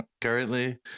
currently